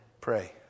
pray